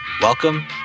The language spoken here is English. Welcome